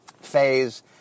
phase